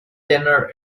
dinner